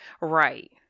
Right